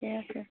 ঠিকে আছে